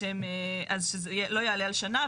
אז שזה לא יעלה על שנה.